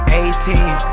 eighteen